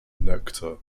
nectar